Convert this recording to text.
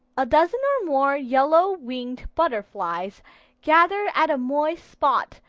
a dozen or more yellow-winged butterflies gathered at a moist spot,